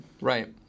Right